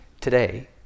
Today